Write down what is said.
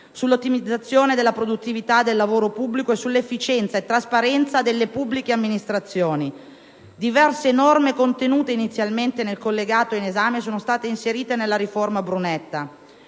sull'ottimizzazione della produttività del lavoro pubblico e sull'efficienza e trasparenza delle pubbliche amministrazioni. Diverse norme contenute inizialmente nel collegato in esame sono state inserite nella riforma Brunetta.